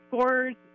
scores